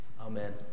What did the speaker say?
Amen